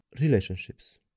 relationships